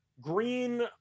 Green